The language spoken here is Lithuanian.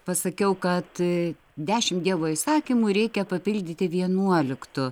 pasakiau kad dešim dievo įsakymų reikia papildyti vienuoliktu